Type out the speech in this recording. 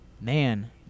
man